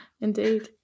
indeed